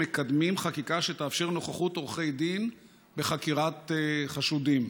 מקדמים חקיקה שתאפשר נוכחות עורכי דין בחקירת חשודים.